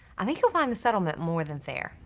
i think you'll find the settlement more than fair.